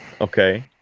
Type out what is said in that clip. Okay